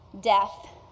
death